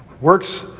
Works